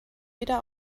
wieder